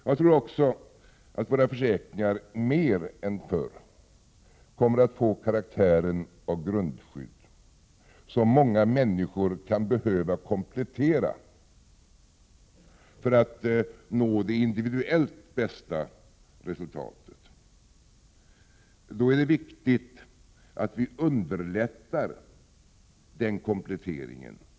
Jag tror också att vår försäkring mer än förr kommer att få karaktären av grundskydd, som många människor kan behöva komplettera för att få den individuellt bästa försäkringen. Då är det viktigt att vi på allt sätt underlättar denna komplettering.